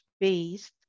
based